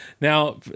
Now